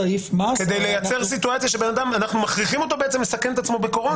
כדי לייצר שבן אדם אנחנו מכריחים אותו בעצם לסכן את עצמו בקורונה,